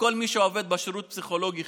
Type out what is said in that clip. לכל מי שעובד בשירות הפסיכולוגי-החינוכי.